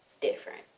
different